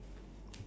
like if